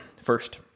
First